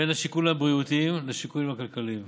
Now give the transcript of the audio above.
בין השיקולים הבריאותיים לשיקולים הכלכליים.